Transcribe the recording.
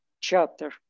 chapter